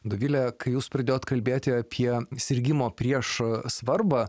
dovilė kai jūs pradėjote kalbėti apie sirgimo priešo svarbą